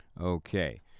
Okay